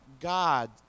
god